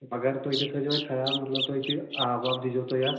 مگر تُہۍ تہِ تھٲے زیو اَتہِ خیال مطلب تُہۍ تہِ آب واب دی زیو تُہۍ اَتھ